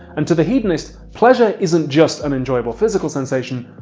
and to the hedonist pleasure isn't just an enjoyable physical sensation,